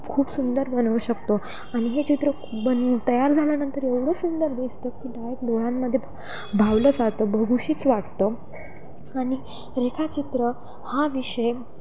खूप सुंदर बनवू शकतो आणि हे चित्र बन तयार झाल्यानंतर एवढं सुंदर दिसतं की डायेक डोळ्यांमध्ये भावलं जातं भगुशीच वाटतं आणि रेखाचित्र हा विषय